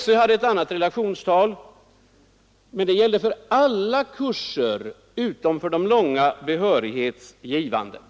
SÖ hade ett annat relationstal, men det gällde för alla kurser utom för de långa, behörighetsgivande.